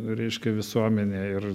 reiškia visuomenė ir